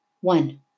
One